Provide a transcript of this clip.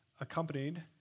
accompanied